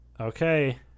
okay